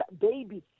baby